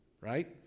right